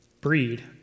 breed